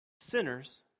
sinners